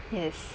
yes